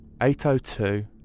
802